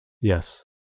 Yes